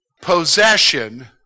possession